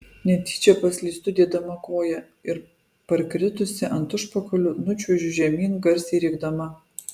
netyčia paslystu dėdama koją ir parkritusi ant užpakalio nučiuožiu žemyn garsiai rėkdama